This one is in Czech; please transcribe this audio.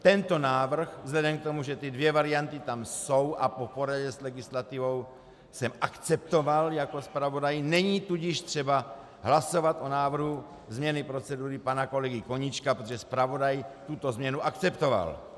Tento návrh vzhledem k tomu, že dvě varianty tam jsou, a po poradě s legislativou jsem akceptoval jako zpravodaj, není tudíž třeba hlasovat o návrhu změny procedury pana kolegy Koníčka, protože zpravodaj tuto změnu akceptoval.